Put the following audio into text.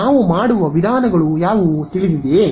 ನಾವು ಮಾಡುವ ವಿಧಾನಗಳು ಯಾವುವು ತಿಳಿದಿದೆಯೇ